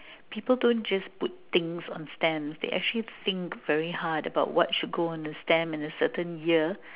people don't just put things on stamps they actually think very hard about what should go on stamps on a certain year